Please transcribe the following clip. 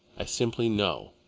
i simply know.